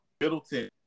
Middleton